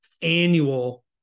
annual